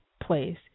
place